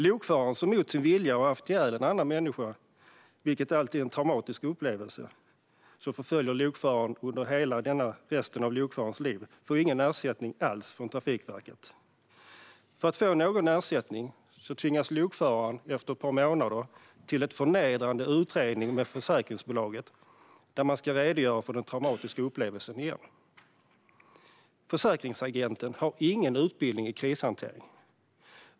Lokföraren som mot sin vilja har haft ihjäl en annan människa, vilket alltid är en traumatisk upplevelse som förföljer lokföraren under resten av lokförarens liv, får ingen ersättning alls från Trafikverket. För att få någon ersättning tvingas lokföraren efter ett par månader till en förnedrande utredning med försäkringsbolaget där man ska redogöra för den traumatiska upplevelsen igen. Försäkringsagenten har ingen utbildning i krishantering.